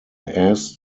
asked